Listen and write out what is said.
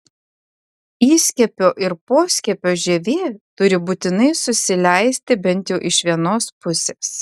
įskiepio ir poskiepio žievė turi būtinai susileisti bent jau iš vienos pusės